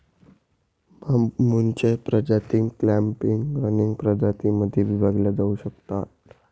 बांबूच्या प्रजाती clumping, running प्रजातीं मध्ये विभागल्या जाऊ शकतात